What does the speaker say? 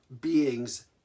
beings